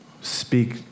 speak